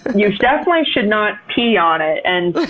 you definitely should not pee on it and,